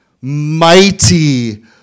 mighty